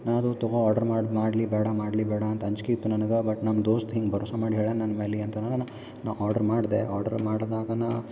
ನಾ ಅದು ತಗೋ ಆರ್ಡ್ರ್ ಮಾಡಿ ಮಾಡ್ಲಿ ಬೇಡ ಮಾಡ್ಲಿ ಬೇಡ ಅಂತ ಅಂಜಿಕೆ ಇತ್ತು ನನಗೆ ಬಟ್ ನಮ್ಮ ದೋಸ್ತ್ ಹಿಂಗೆ ಭರವಸ ಮಾಡಿ ಹೇಳ್ಯಾನ ನನ್ನ ನಾನು ನಾ ಆರ್ಡ್ರ್ ಮಾಡಿದೆ ಆರ್ಡ್ರ್ ಮಾಡ್ದಾಗನಾ